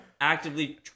actively